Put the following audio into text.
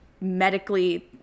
medically